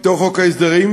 ואתו חוק ההסדרים,